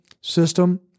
system